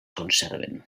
conserven